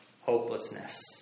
hopelessness